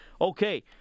Okay